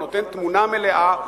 הוא נותן תמונה מלאה.